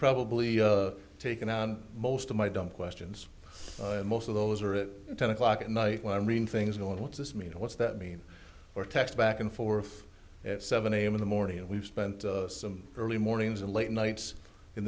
probably taken on most of my dumb questions and most of those are at ten o'clock at night when i'm reading things going what's this mean and what's that mean or text back and forth at seven am in the morning and we've spent some early mornings and late nights in